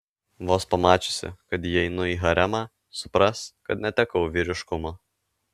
vos pamačiusi kad įeinu į haremą supras kad netekau vyriškumo